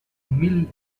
mil